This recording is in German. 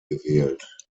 gewählt